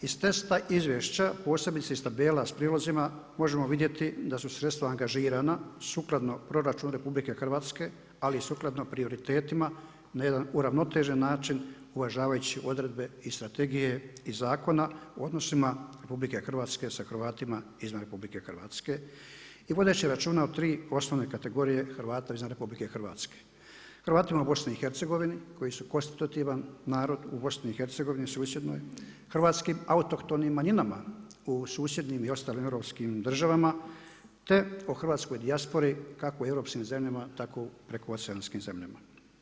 Iz testa izvješća posebice iz tabela sa prilozima možemo vidjeti da su sredstva angažirana sukladno proračunu RH ali i sukladno prioritetima na jedan uravnotežen način uvažavajući odredbe i strategije iz Zakona o odnosima RH sa Hrvatima izvan RH i vodeći računa o 3 osnovne kategorije Hrvata izvan RH: Hrvatima u BiH-a koji su konstitutivan narod u BiH, susjednoj, hrvatskim autohtonim manjinama u susjednim i ostalim europskim državama, te o hrvatskoj dijaspori kako u europskim zemljama tako u prekooceanskim zemljama.